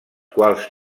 quals